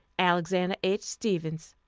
alexander h. stephens.